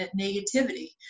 negativity